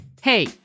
Hey